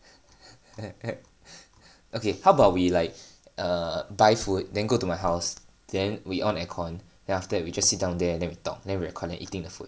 okay how about we like err buy food then go to my house then we on aircon then after that we just sit down there and then we talk then record then eating the food